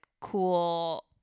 cool